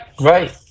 right